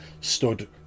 stood